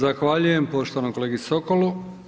Zahvaljujem poštovanom kolegi Sokolu.